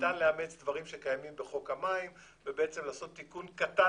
ניתן לאמץ דברים שקיימים בחוק המים ובעצם לעשות תיקון קטן